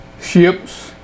ships